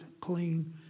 clean